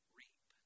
reap